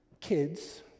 kids